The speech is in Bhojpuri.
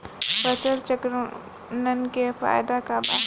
फसल चक्रण के फायदा का बा?